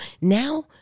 now